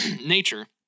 nature